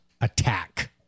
attack